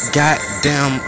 goddamn